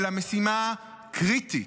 אלא משימה קריטית.